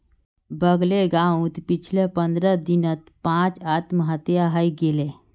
बगलेर गांउत पिछले पंद्रह दिनत पांच आत्महत्या हइ गेले